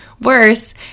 worse